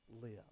live